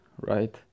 right